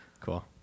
Cool